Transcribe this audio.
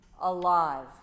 alive